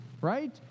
right